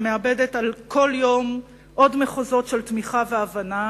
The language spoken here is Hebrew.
ומאבדת כל יום עוד מחוזות של תמיכה והבנה.